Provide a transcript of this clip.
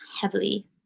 heavily